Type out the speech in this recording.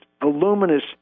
voluminous